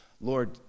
Lord